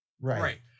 Right